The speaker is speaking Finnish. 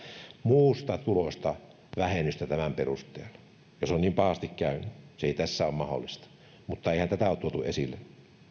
muusta tulosta vähennystä tämän perusteella jos on niin pahasti käynyt se ei tässä ole mahdollista mutta eihän tätä ole tuotu esille